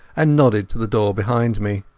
and nodded to the door behind me.